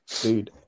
dude